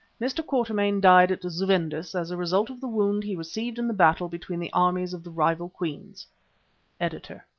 mr. quatermain died at zuvendis as a result of the wound he received in the battle between the armies of the rival queens editor.